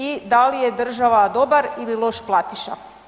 I da li je država dobar ili loš platiša?